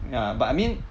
ya but I mean